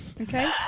okay